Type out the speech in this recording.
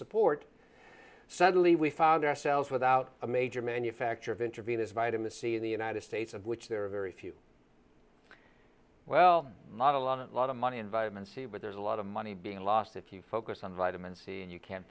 support suddenly we found ourselves without a major manufacturer of intravenous vitamin c in the united states of which there are very few well not a lot a lot of money in vitamin c but there's a lot of money being lost if you focus on vitamin c and you can